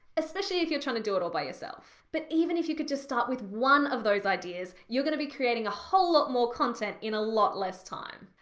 especially if you're trying to do it all by yourself. but even if you could just start with one of those ideas, you're going to be creating a whole lot more content in a lot less time.